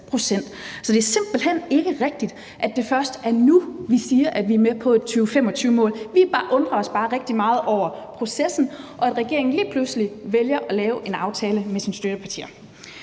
Så det er simpelt hen ikke rigtigt, at det først er nu, vi siger, at vi er med på et 2025-mål. Vi undrer os bare rigtig meget over processen, og at regeringen lige pludselig vælger at lave en aftale med sine støttepartier.